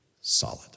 solid